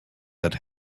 that